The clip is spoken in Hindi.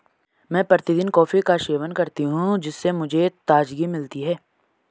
मैं प्रतिदिन कॉफी का सेवन करती हूं जिससे मुझे ताजगी मिलती है